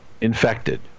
infected